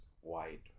white